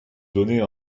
donner